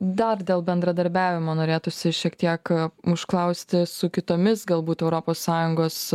dar dėl bendradarbiavimo norėtųsi šiek tiek užklausti su kitomis galbūt europos sąjungos